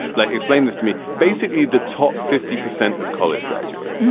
like explain this to me. basically, the top fifty percent of college graduates,